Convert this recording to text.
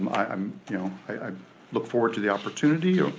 um i um you know i look forward to the opportunity.